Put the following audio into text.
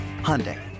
Hyundai